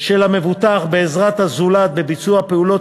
של המבוטח בעזרת הזולת בביצוע פעולות